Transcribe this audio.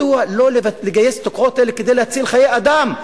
מדוע לא לגייס את הכוחות האלה להציל חיי אדם,